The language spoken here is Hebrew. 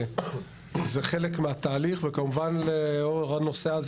זה חלק מהתהליך וכמובן לאור הנושא הזה